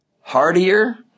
hardier